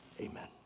Amen